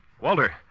Walter